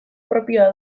propioa